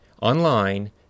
online